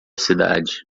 cidade